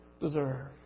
deserve